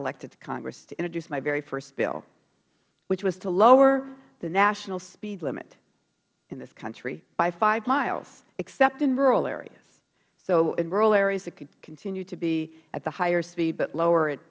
elected to congress to introduce my very first bill which was to lower the national speed limit in this country by five miles except in rural areas so in rural areas it could continue to be at the higher speed but lower it